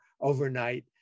overnight